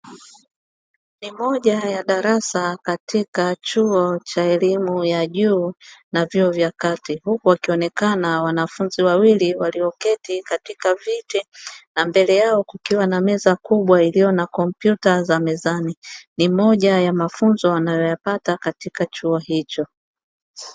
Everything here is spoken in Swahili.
Moja ya darasa katika chuo cha elimu ya juu na vyuo vya kati huku wakionekana wanafunzi wawili walioketi katika viti, na mbele yao kukiwa na meza kubwa iliyo na kompyuta za mezani, ni moja ya mafunzo wanayopata katika chuo hicho.